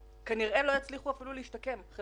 חלקם הלא מבוטל לא יצליח אפילו להשתקם.